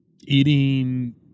eating